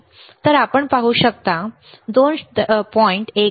तर आपण पाहू शकता 2